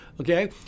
okay